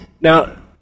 Now